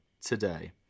today